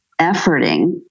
efforting